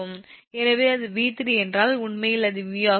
எனவே அது 𝑉3 என்றால் உண்மையில் அது 𝑉